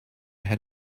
had